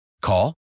Call